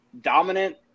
dominant